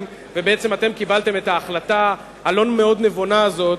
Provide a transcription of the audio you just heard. ובעצם אתם קיבלתם את ההחלטה הלא-מאוד-נבונה הזאת.